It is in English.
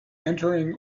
entering